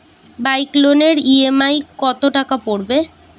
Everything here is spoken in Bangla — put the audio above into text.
বাইক লোনের ই.এম.আই কত টাকা পড়বে?